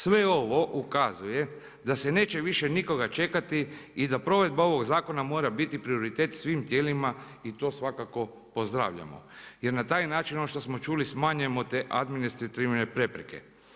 Sve ovo ukazuje da se neće više nikoga čekati i da provedba ovog zakona mora biti prioritet svim tijelima i to svakako pozdravljamo jer na taj način ono što smo čuli smanjujemo te administrativne prepreke.